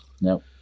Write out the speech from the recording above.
No